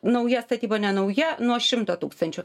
nauja statyba nenauja nuo šimto tūkstančių